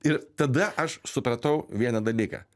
ir tada aš supratau vieną dalyką